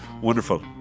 Wonderful